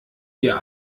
wir